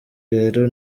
rero